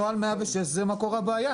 נוהל 106 הוא מקור הבעיה.